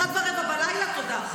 01:15. תודה.